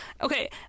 Okay